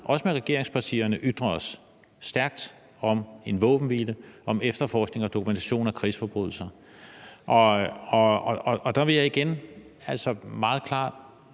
også med regeringspartierne, ytrer os stærkt om en våbenhvile og om efterforskning og dokumentation af krigsforbrydelser. Og der vil jeg igen meget klart